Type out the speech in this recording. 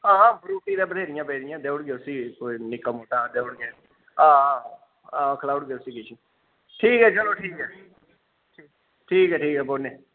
हां फ्रुटी ते बथ्हेरियां पेदियां देई ओड़गे उसी कोई निक्का मुट्टा देई ओड़गे हां हां हां खलाई ओड़गे उसी किश ठीक ऐ चलो ठीक ऐ ठीक ऐ ठीक ऐ कोई निं